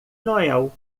noel